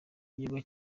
igikorwa